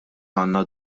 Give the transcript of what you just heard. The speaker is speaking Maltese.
għandna